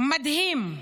"מדהים: